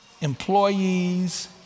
employees